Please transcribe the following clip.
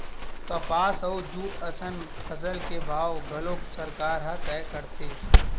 कपसा अउ जूट असन फसल के भाव घलोक सरकार ह तय करथे